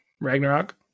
ragnarok